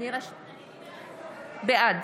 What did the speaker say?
בעד